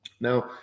now